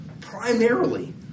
primarily